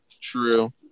True